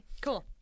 Cool